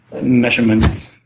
measurements